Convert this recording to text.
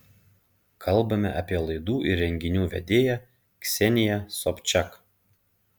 kalbame apie laidų ir renginių vedėja kseniją sobčak